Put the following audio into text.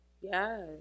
Yes